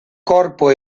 corpo